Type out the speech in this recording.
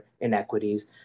inequities